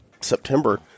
September